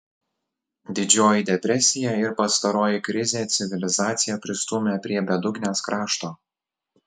didžioji depresija ir pastaroji krizė civilizaciją pristūmė prie bedugnės krašto